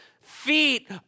feet